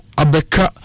abeka